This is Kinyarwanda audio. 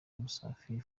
musafiri